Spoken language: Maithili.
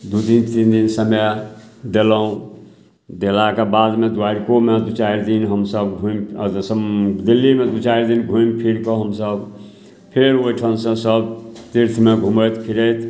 दुइ दिन तीन दिन समय देलहुँ देलाके बादमे द्वारिकोमे दुइ चारि दिन हमसभ घुमि दिल्लीमे दुइ चारि दिन घुमिफिरिकऽ हमसभ फेर ओहिठाम से सब तीर्थमे घुमैत फिरैत